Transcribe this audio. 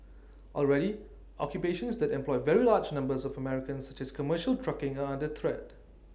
already occupations that employ very large numbers of Americans such as commercial trucking are under threat